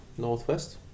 Northwest